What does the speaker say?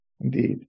Indeed